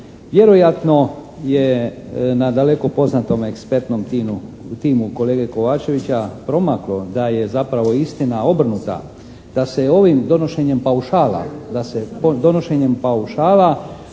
Vjerojatno je nadaleko poznatome ekspertnom timu kolege Kovačevića promaklo da je zapravo istina obrnuta, da se ovim donošenjem paušala, da se donošenjem paušala